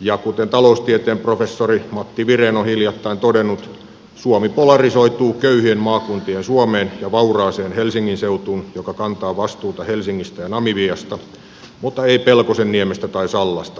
ja kuten taloustieteen professori matti viren on hiljattain todennut suomi polarisoituu köyhien maakuntien suomeen ja vauraaseen helsingin seutuun joka kantaa vastuuta helsingistä ja namibiasta mutta ei pelkosenniemestä tai sallasta